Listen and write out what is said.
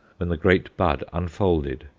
when the great bud unfolded,